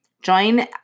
Join